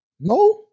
No